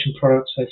products